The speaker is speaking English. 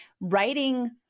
writing